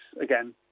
again